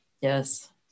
Yes